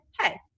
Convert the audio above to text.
hey